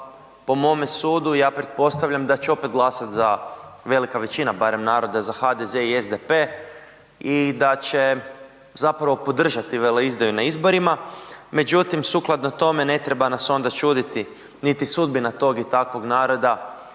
po mome sudu, ja pretpostavljam da će opet glasat za, velika većina barem naroda za HDZ i SDP i da će zapravo podržati veleizdaju na izborima međutim sukladno tome ne treba nas onda čuditi niti sudbina tog i takvog naroda